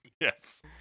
yes